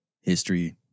history